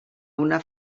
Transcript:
una